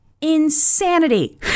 insanity